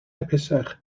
hapusach